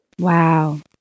Wow